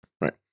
right